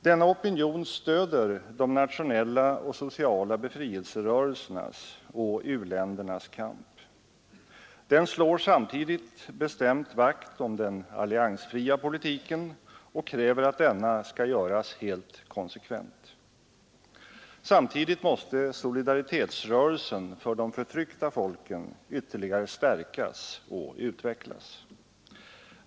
Denna opinion stöder de nationella och sociala befrielserörelsernas och u-ländernas kamp. Den slår samtidigt bestämt vakt om den alliansfria politiken och kräver att denna skall göras helt konsekvent. Samtidigt måste solidaritetsrörelsen för de förtryckta folken ytterligare stärkas och utvecklas.